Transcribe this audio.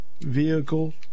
vehicle